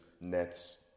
Nets